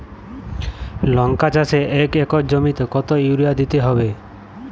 লংকা চাষে এক একর জমিতে কতো ইউরিয়া দিতে হবে?